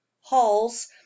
halls